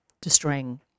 destroying